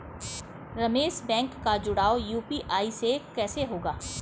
Ramesh bank का जुड़ाव UPI से कैसे होगा?